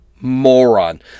moron